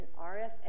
RFS